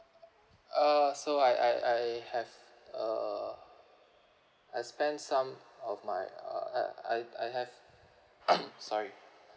uh so I I I have uh I spend some of my uh I I I have sorry